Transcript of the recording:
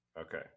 Okay